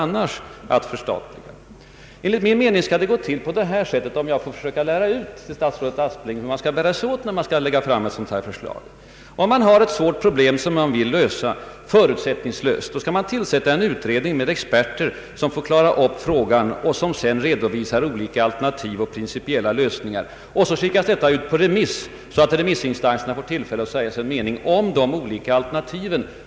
Om jag får försöka lära statsrådet Aspling hur det skall gå till när man lägger fram sådana här förslag inför riksdagen, bör det enligt min mening ske på följande sätt: Om man har ett svårt problem som man vill lösa förutsättningslöst skall man först tillsätta en utredning med experter som får redovisa olika alternativ till principiella lösningar. Därefter skickas dessa ut på remiss så att remissinstanserna får tillfälle att säga sin mening om de olika alternativen.